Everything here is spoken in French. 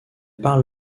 parle